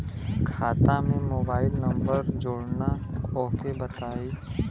खाता में mobile number जोड़ना ओके बताई?